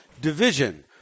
Division